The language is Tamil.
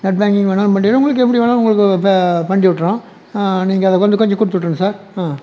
நெட் பேங்கிங் மேடம் பட் இவங்களுக்கு எப்படி வேணும்னு உங்களுக்கு பண்ணிவிட்டுற்றோம் நீங்கள் அதை வந்து கொஞ்சம் கொடுத்துவுற்றுங்க சார்